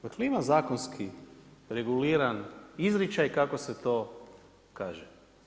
Dakle ima zakonski reguliran izričaj kako se to kaže.